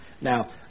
Now